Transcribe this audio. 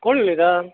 कोण उलयता